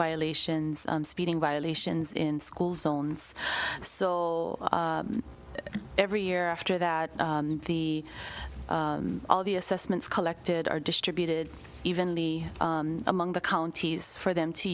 violations speeding violations in school zones so every year after that the all the assessments collected are distributed evenly among the counties for them to